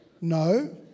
No